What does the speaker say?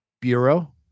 Bureau